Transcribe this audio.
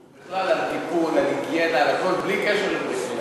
בכלל, על טיפול, על היגיינה, בלי קשר לברית מילה.